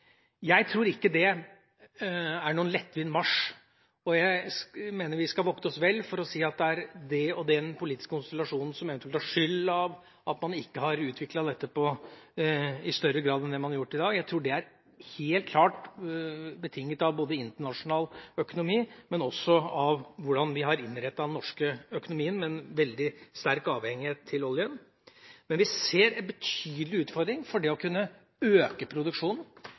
Jeg tror ikke dette er noen lettvinn marsj, og jeg mener vi skal vokte oss vel for å si at det er den eller den politiske konstellasjonen som eventuelt er skyld i at man ikke har utviklet dette i større grad enn man har gjort i dag. Jeg tror dette helt klart er betinget av både internasjonal økonomi og av hvordan vi har innrettet den norske økonomien med en veldig sterk avhengighet av oljen. Men vi ser en betydelig utfordring i å kunne øke produksjonen